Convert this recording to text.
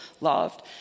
loved